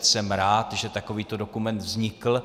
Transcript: Jsem rád, že takovýto dokument vznikl.